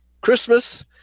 Christmas